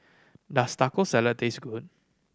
does Taco Salad taste good